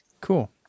Cool